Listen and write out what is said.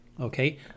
Okay